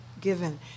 given